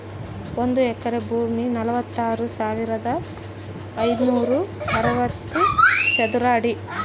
ಒಂದು ಎಕರೆ ಭೂಮಿ ನಲವತ್ಮೂರು ಸಾವಿರದ ಐನೂರ ಅರವತ್ತು ಚದರ ಅಡಿ